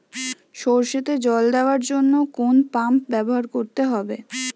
সরষেতে জল দেওয়ার জন্য কোন পাম্প ব্যবহার করতে হবে?